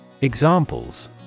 Examples